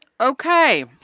Okay